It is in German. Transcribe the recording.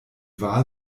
wahl